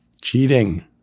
cheating